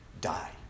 die